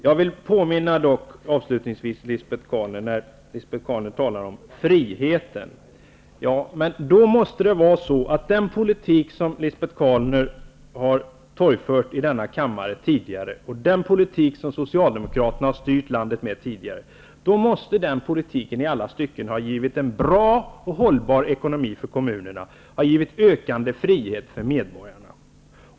Jag vill avslutningsvis påminna Lisbet Calner om en sak, när hon talar om friheten. Den politik som hon har torgfört i denna kammare tidigare, den politik som Socialdemokraterna har styrt landet med tidigare, måste då i alla stycken ha givit en bra och hållbar ekonomi för kommunerna och givit ökande frihet för medborgarna.